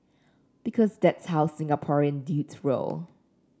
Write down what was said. because that's how Singaporean dudes roll